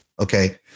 Okay